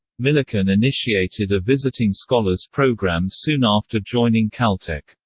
millikan initiated a visiting-scholars program soon after joining caltech.